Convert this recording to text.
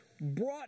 brought